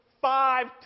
five